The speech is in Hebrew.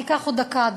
זה ייקח עוד דקה.